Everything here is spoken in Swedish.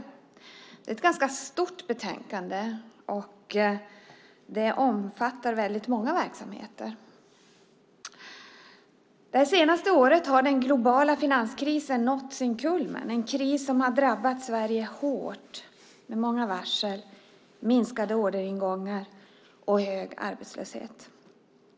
Det är ett ganska stort betänkande, och det omfattar väldigt många verksamheter. Det senaste året har den globala finanskrisen nått sin kulmen. Det är en kris som har drabbat Sverige hårt med många varsel, minskade orderingångar och hög arbetslöshet.